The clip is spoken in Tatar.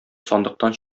сандыктан